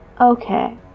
Okay